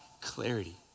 clarity